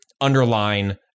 underline